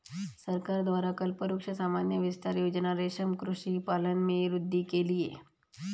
सरकार द्वारा कल्पवृक्ष सामान्य विस्तार योजना रेशम कृषि पालन में वृद्धि के लिए